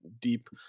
deep